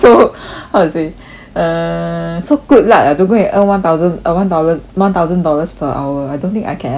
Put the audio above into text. how to say err so good lah to go and earn one thousand uh one dollar one thousand dollars per hour I don't think I can ever do that